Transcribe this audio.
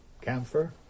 Camphor